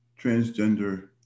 transgender